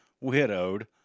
widowed